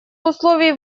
условий